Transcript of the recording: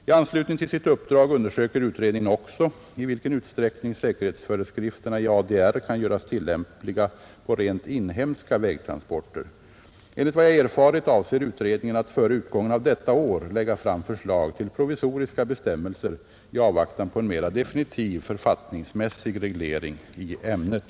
I anslutning till sitt uppdrag undersöker utredningen också i vilken utsträckning säkerhetsföreskrifterna i ADR kan göras tillämpliga på rent inhemska vägtransporter. Enligt vad jag erfarit avser utredningen att före utgången av detta år lägga fram förslag till provisoriska bestämmelser i avvaktan på en mera definitiv författningsmässig reglering i ämnet.